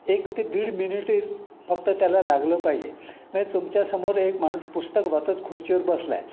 एक ते दीड मिनिटेच फक्त त्याला लागलं पाहिजे म्हणजे तुमच्यासमोर एक माणूस पुस्तक वाचत खुर्चीवर बसला आहे